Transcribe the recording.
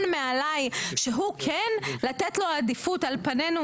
מעליי שהוא כן לתת לו עדיפות על פנינו